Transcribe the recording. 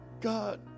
God